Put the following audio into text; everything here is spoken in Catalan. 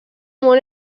món